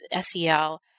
SEL